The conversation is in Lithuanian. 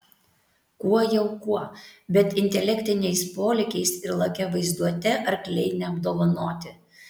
kuo jau kuo bet intelektiniais polėkiais ir lakia vaizduote arkliai neapdovanoti